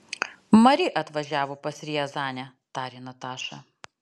mari atvažiavo per riazanę tarė nataša